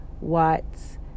Watts